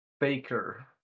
Baker